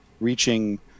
reaching